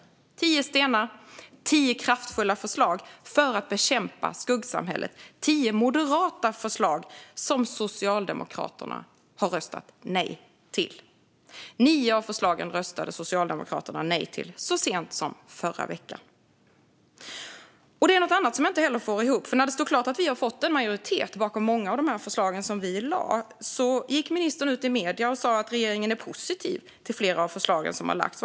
Det här är tio stenar och tio kraftfulla förslag för att bekämpa skuggsamhället. Det är tio moderata förslag som Socialdemokraterna har röstat nej till. Nio av förslagen röstade Socialdemokraterna nej till så sent som förra veckan. Det finns något annat som jag inte heller får att gå ihop. När det stod klart att vi fått en majoritet bakom många av de förslag som vi lagt fram gick ministern ut i medierna och sa att regeringen var positiv till flera av förslagen som lagts fram.